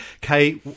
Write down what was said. Kay